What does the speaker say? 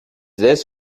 this